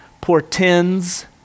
portends